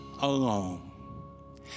Alone